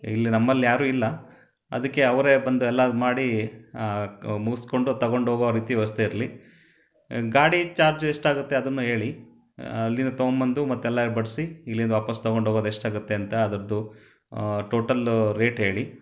ಇಲ್ಲಿ ನಮ್ಮಲ್ಲಿ ಯಾರೂ ಇಲ್ಲ ಅದಕ್ಕೆ ಅವರೇ ಬಂದು ಎಲ್ಲ ಮಾಡಿ ಮುಗಿಸ್ಕೊಂಡು ತಗೊಂಡು ಹೋಗೋ ರೀತಿ ವ್ಯವಸ್ಥೆ ಇರಲಿ ಗಾಡಿ ಚಾರ್ಜ್ ಎಷ್ಟಾಗುತ್ತೆ ಅದನ್ನು ಹೇಳಿ ಅಲ್ಲಿಂದ ತೊಗೊಂಬಂದು ಮತ್ತೆಲ್ಲ ಬಡಿಸಿ ಇಲ್ಲಿಂದ ವಾಪಸ್ ತಗೊಂಡು ಹೋಗೋದು ಎಷ್ಟಾಗುತ್ತೆ ಅಂತ ಅದರದ್ದು ಟೋಟಲ್ಲು ರೇಟ್ ಹೇಳಿ